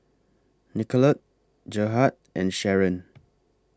Nicolette Gerhard and Sharen